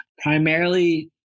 Primarily